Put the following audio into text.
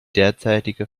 derzeitige